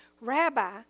Rabbi